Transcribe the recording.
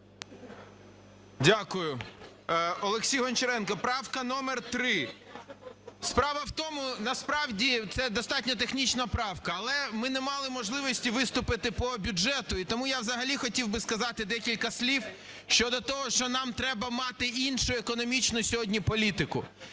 Дякую. Олексій Гончаренко, правка номер 3. Справа в тому, насправді це достатньо технічна правка, але ми не мали можливості виступити по бюджету. І тому я взагалі хотів би сказати декілька слів щодо того, що нам треба мати іншу економічну сьогодні політику.